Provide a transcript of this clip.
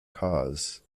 cars